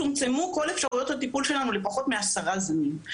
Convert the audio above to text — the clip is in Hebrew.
צומצמו כל אפשרויות הטיפול שלנו לפחות מ-10 זנים.